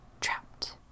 trapped